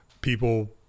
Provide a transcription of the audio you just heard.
people